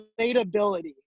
relatability